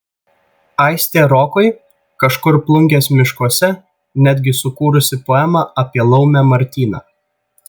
aistė rokui kažkur plungės miškuose netgi sukūrusi poemą apie laumę martyną